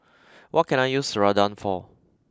what can I use Ceradan for